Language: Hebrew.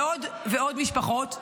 ועוד ועוד משפחות.